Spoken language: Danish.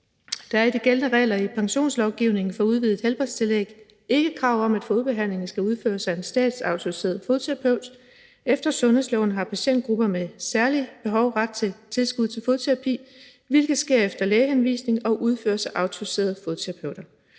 »Der er i de gældende regler i pensionslovgivningen for udvidet helbredstillæg ikke krav om, at fodbehandling skal udføres af en statsautoriseret fodterapeut. Efter sundhedsloven har patientgrupper med særlige behov ret til tilskud til fodterapi, hvilket sker efter lægehenvisning og udføres af autoriserede fodterapeuter.